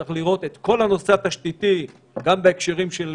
צריך לראות את כל הנושא התשתיתי גם בהקשרים של